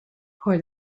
for